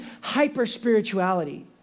hyper-spirituality